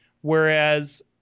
Whereas